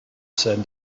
send